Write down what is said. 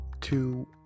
two